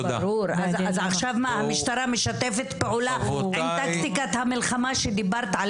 עכשיו המשטרה משתפת פעולה עם טקטיקת המלחמה עליה דיברת?